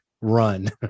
run